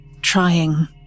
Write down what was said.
trying